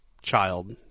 child